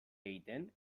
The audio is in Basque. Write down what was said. egiten